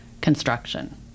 construction